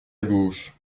gauche